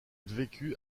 vécut